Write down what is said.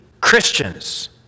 Christians